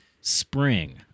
Spring